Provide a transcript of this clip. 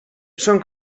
són